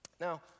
Now